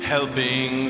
Helping